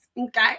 Okay